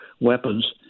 weapons